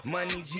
Money